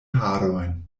harojn